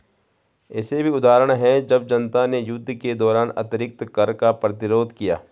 ऐसे भी उदाहरण हैं जब जनता ने युद्ध के दौरान अतिरिक्त कर का प्रतिरोध किया